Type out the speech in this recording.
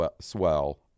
swell